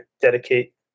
dedicate